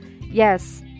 Yes